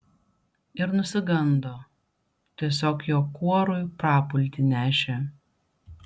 ir nusigando tiesiog jo kuorui prapultį nešė